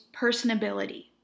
personability